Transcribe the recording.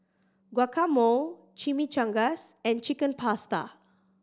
Guacamole Chimichangas and Chicken Pasta